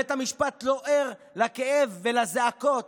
בית המשפט לא ער לכאב ולזעקות